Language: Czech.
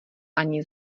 ani